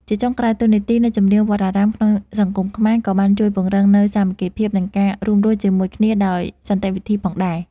ជាចុងក្រោយ តួនាទីនៃចម្រៀងវត្តអារាមក្នុងសង្គមខ្មែរ ក៏បានជួយពង្រឹងនូវសាមគ្គីភាព និងការរួមរស់ជាមួយគ្នាដោយសន្តិវិធីផងដែរ។